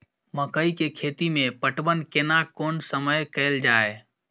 मकई के खेती मे पटवन केना कोन समय कैल जाय?